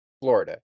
Florida